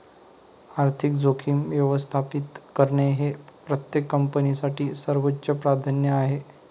आर्थिक जोखीम व्यवस्थापित करणे हे प्रत्येक कंपनीसाठी सर्वोच्च प्राधान्य आहे